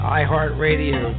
iHeartRadio